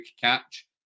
catch